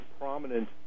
prominent